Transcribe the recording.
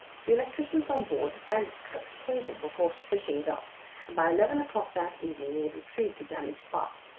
the electricians on board decided to cut the cable before fishing it up, and by eleven o'clock that evening they had retrieved the damaged part.